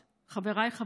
2021, מאת חבר הכנסת